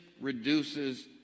reduces